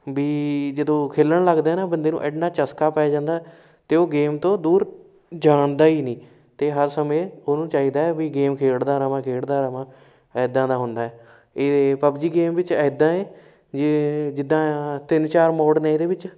B ਜਦੋਂ ਖੇਡਣ ਲੱਗਦੇ ਹੈ ਨਾ ਬੰਦੇ ਨੂੰ ਐਨਾ ਚਸਕਾ ਪੈ ਜਾਂਦਾ ਅਤੇ ਉਹ ਗੇਮ ਤੋਂ ਦੂਰ ਜਾਂਦਾ ਹੀ ਨਹੀਂ ਅਤੇ ਹਰ ਸਮੇਂ ਉਹਨੂੰ ਚਾਹੀਦਾ ਵੀ ਗੇਮ ਖੇਡਦਾ ਰਵਾਂ ਖੇਡਦਾ ਰਵਾਂ ਐਦਾਂ ਦਾ ਹੁੰਦਾ ਹੈ ਇਹ ਪਬਜੀ ਗੇਮ ਵਿੱਚ ਇੱਦਾਂ ਹੈ ਜੇ ਜਿੱਦਾਂ ਤਿੰਨ ਚਾਰ ਮੋਡ ਨੇ ਇਹਦੇ ਵਿੱਚ